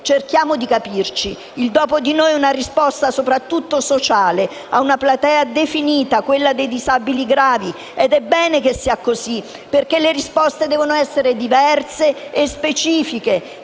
Cerchiamo di capirci: il "dopo di noi" è una risposta soprattutto sociale ad una platea definita, quella dei disabili gravi, ed è bene che sia così, perché le risposte devono essere diverse e specifiche.